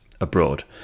abroad